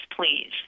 please